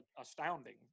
astounding